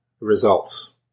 results